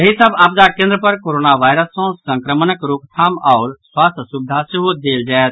एहि सभ आपदा केन्द्र पर कोरोना वायरस सँ संक्रमणक रोकथाम आओर स्वास्थ्य सुविधा सेहो देल जायत